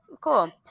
cool